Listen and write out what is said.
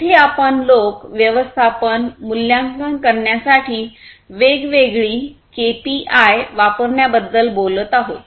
येथे आपण लोक व्यवस्थापन मूल्यांकन करण्यासाठी वेगवेगळी केपीआय वापरण्याबद्दल बोलत आहोत